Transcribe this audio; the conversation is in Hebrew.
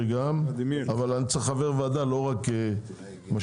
אבל צריך חברי ועדה, לא רק משקיפים.